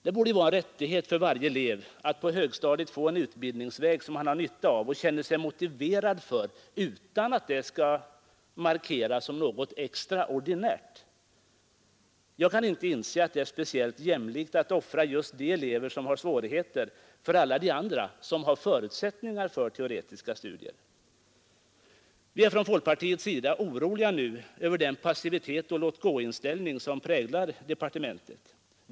Det borde vara en rättighet för varje elev att på högstadiet få en utbildningsväg som han har nytta av och känner sig lämpad för utan att det skall markeras som något extraordinärt. Jag kan inte inse att det är speciellt jämlikt att offra just de elever som har svårigheter för de andra som har förutsättningar för teoretiska studier. Vi är från folkpartiets sida nu oroliga över den passivitet och låt-gå-inställning som präglar departementet.